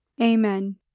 Amen